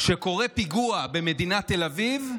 כשקורה פיגוע במדינת תל אביב,